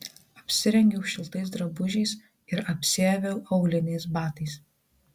apsirengiau šiltais drabužiais ir apsiaviau auliniais batais